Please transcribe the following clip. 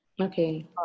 Okay